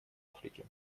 африке